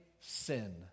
sin